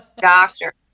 doctor